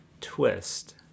twist